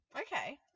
Okay